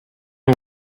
ont